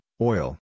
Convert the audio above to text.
oil